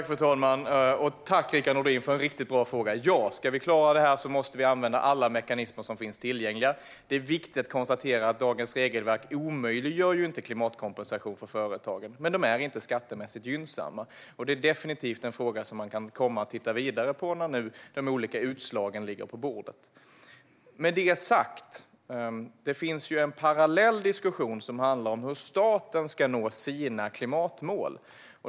Fru talman! Tack, Rickard Nordin, för en riktigt bra fråga! Ja, ska vi klara det här måste vi använda alla mekanismer som finns tillgängliga. Det är viktigt att konstatera att dagens regelverk inte omöjliggör klimatkompensation för företagen, men de är inte skattemässigt gynnsamma. Det är definitivt en fråga som man kan komma att titta vidare på när nu de olika utslagen ligger på bordet. Med det sagt vill jag nämna att det finns en parallell diskussion som handlar om hur staten ska nå sina klimatmål.